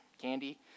candy